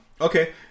okay